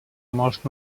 molts